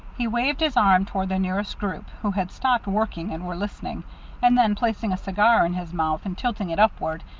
he waved his arm toward the nearest group, who had stopped working and were listening and then, placing a cigar in his mouth and tilting it upward,